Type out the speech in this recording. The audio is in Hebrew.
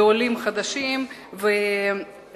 בעולים חדשים וגם